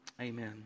Amen